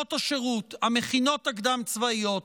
שנות השירות, המכינות הקדם-צבאיות,